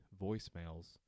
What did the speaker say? voicemails